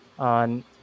On